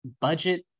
budget